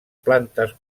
plantes